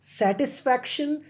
satisfaction